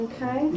Okay